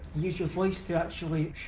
use your voice to actually shout,